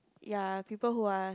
ya people who are